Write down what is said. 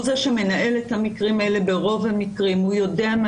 הוא זה שמנהל את המקרים האלה וברוב המקרים הוא יודע מה